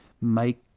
make